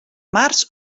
març